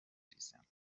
ریزم